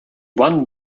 one